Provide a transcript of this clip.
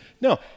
No